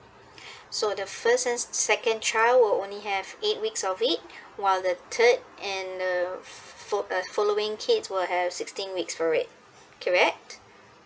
so the first and second child will only have eight weeks of it while the third and um fo~ uh following kids will have sixteen weeks for it correct